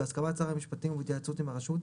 בהסכמת שר המשפטים ובהתייעצות עם הרשות,